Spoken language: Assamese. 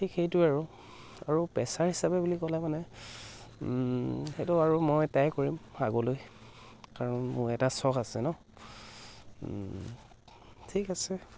ঠিক সেইটোৱে আৰু আৰু পেছা হিচাপে বুলি ক'লে মানে সেইটো আৰু মই ট্ৰাই কৰিম আগলৈ কাৰণ মই এটা চখ আছে ন ঠিক আছে